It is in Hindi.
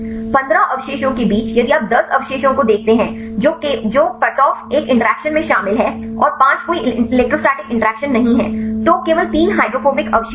15 अवशेषों के बीच यदि आप 10 अवशेषों को देखते हैं जो कटऑफ एक इंटरैक्शन में शामिल हैं और 5 कोई इलेक्ट्रोस्टैटिक इंटरैक्शन नहीं हैं तो केवल 3 हाइड्रोफोबिक अवशेष हैं